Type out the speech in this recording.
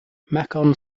macon